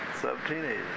sub-teenagers